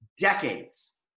decades